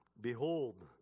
Behold